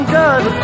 good